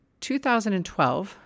2012